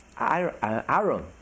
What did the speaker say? Aaron